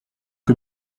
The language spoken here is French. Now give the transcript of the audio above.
que